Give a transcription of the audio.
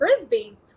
Frisbees